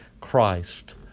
Christ